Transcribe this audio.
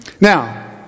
Now